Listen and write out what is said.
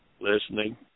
listening